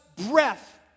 breath